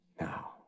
now